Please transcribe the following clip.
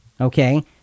Okay